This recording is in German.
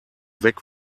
weg